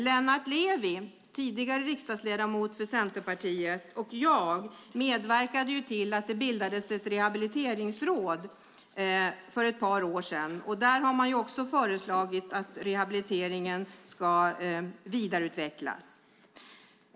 Lennart Levi, tidigare riksdagsledamot för Centerpartiet, och jag medverkade till att det bildades ett rehabiliteringsråd för ett par år sedan som har föreslagit att rehabiliteringen ska vidareutvecklas.